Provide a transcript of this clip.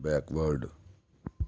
backward